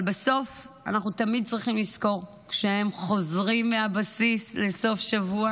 אבל בסוף אנחנו תמיד צריכים לזכור: כשהם חוזרים מהבסיס לסוף שבוע